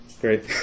Great